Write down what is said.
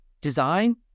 design